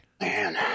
Man